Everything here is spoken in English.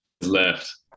left